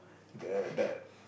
the the